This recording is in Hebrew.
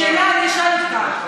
שאלה, אני אשאל אותך.